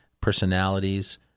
personalities